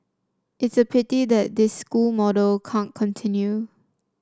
it's a pity that this school model can't continue